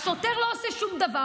השוטר לא עושה שום דבר.